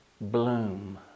bloom